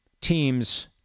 teams